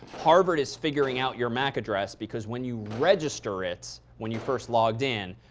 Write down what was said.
harvard is figuring out your mac address because when you register it, when you first logged in,